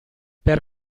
per